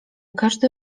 każdy